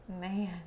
Man